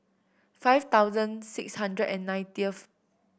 five thousand six hundred and nineteenth